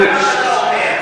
אין הוכחה למה שאתה אומר.